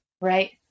right